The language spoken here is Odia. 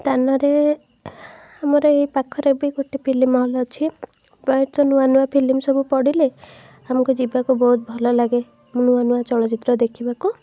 ତା' ନାଁରେ ଆମର ଏଇ ପାଖରେ ବି ଗୋଟେ ଫିଲିମ୍ ହଲ୍ ଅଛି ପ୍ରାୟତଃ ନୂଆନୂଆ ଫିଲିମ୍ ସବୁ ପଡ଼ିଲେ ଆମକୁ ଯିବାକୁ ବହୁତ ଭଲଲାଗେ ନୂଆନୂଆ ଚଳଚ୍ଚିତ୍ର ଦେଖିବାକୁ